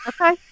Okay